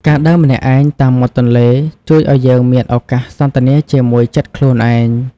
ការដើរម្នាក់ឯងតាមមាត់ទន្លេ ជួយឱ្យយើងមានឱកាសសន្ទនាជាមួយចិត្តខ្លួនឯង។